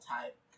type